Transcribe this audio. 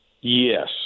Yes